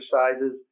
exercises